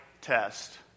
test